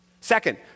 Second